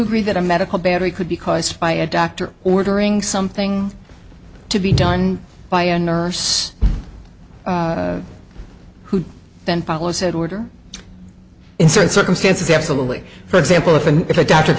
agree that a medical battery could be caused by a doctor ordering something to be done by a nurse who then follow said order in certain circumstances absolutely for example if and if a doctor